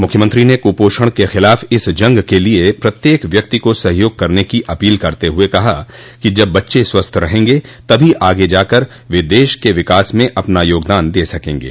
मुख्यमंत्री ने कुपोषण के खिलाफ इस जंग के लिए प्रत्येक व्यक्ति को सहयोग करने को अपील करते हुए कहा कि जब बच्चे स्वस्थ रहगे तभी आगे जाकर देश के विकास में वे अपना योगदान दे सके गे